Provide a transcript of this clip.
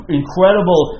incredible